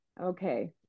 Okay